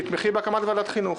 תתמכי בהקמת ועדת חינוך